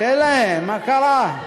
תן להם, מה קרה?